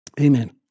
Amen